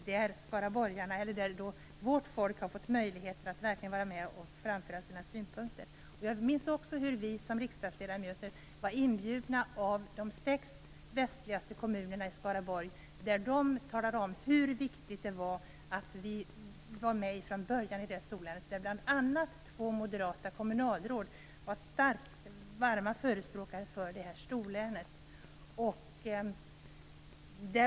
Vårt folk har då fått möjlighet att verkligen vara med och framföra sina synpunkter. Jag minns att vi riksdagsledamöter var inbjudna av de sex västligaste kommunerna i Skaraborg. Man talade om hur viktigt det är att vara med från början i storlänet. Bl.a. två moderata kommunalråd var varma förespråkare för storlänet.